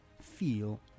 feel